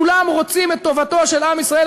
כולם רוצים את טובתו של עם ישראל,